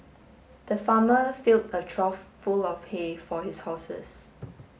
the farmer filled a trough full of hay for his horses